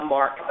Mark